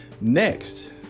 Next